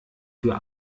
für